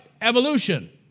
Evolution